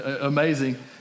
amazing